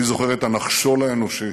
אני זוכר את הנחשול האנושי